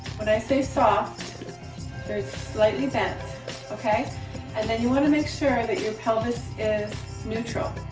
when i say soft their slightly bent okay and then you want to make sure that your pelvis is neutral.